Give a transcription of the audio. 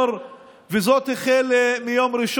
אני יודע, אני לא מאמין.